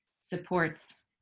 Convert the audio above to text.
supports